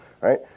Right